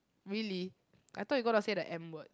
really I thought you got to say the M word